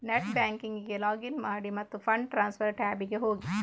net ಬ್ಯಾಂಕಿಂಗಿಗೆ login ಮಾಡಿ ಮತ್ತು ಫಂಡ್ ಟ್ರಾನ್ಸ್ಫರ್ ಟ್ಯಾಬಿಗೆ ಹೋಗಿ